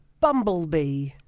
Bumblebee